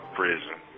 prison